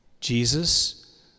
Jesus